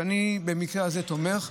שאני במקרה הזה תומך,